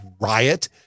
riot